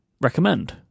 recommend